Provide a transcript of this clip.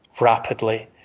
rapidly